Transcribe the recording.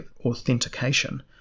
authentication